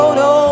no